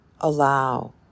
allow